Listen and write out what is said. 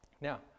Now